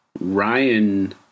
Ryan